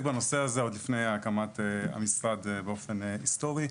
בנושא הזה עוד לפני הקמת המשרד באופן היסטורי.